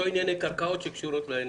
לא ענייני קרקעות שקשורות לאנרגיה.